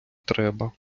треба